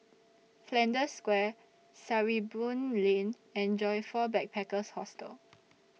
Flanders Square Sarimbun Lane and Joyfor Backpackers' Hostel